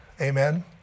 Amen